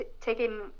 taking